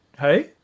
Hey